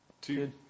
Two